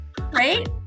Right